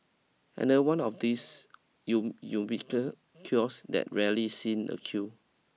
and no one of these you kiosks that rarely seen a queue